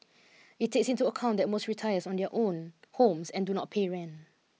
it takes into account that most retirees own their own homes and do not pay rent